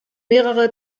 mehrere